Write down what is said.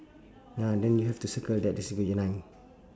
ya then you have to circle that nine